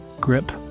grip